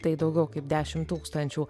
tai daugiau kaip dešimt tūkstančių